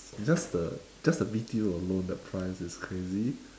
just the just the B_T_O alone the price is crazy